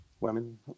Women